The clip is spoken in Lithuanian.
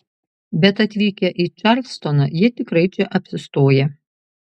bet atvykę į čarlstoną jie tikrai čia apsistoja